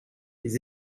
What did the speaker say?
les